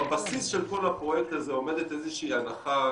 בבסיס של כל הפרויקט הזה עומדת איזה שהיא הנחה,